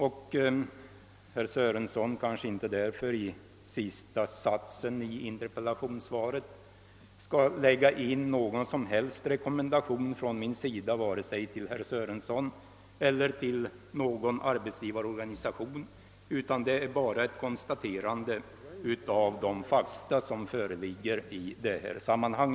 Därför kanske herr Sörenson i sista satsen i interpellationssvaret inte skall lägga in någon som helst rekommendation från min sida, vare sig till herr Sörenson eller till någon partsorganisation, utan det är bara ett konstaterande av de fakta som föreligger i detta sammanhang.